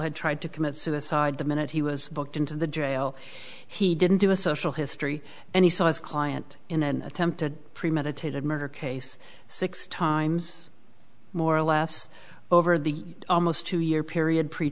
had tried to commit suicide the minute he was booked into the jail he didn't do a social history and he saw his client in an attempted premeditated murder case six times more or less over the almost two year period pre